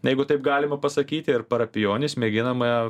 jeigu taip galima pasakyti ir parapijonis mėginame